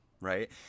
Right